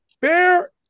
bear